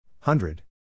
Hundred